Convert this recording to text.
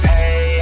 Hey